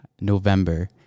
November